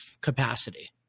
capacity